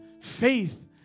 Faith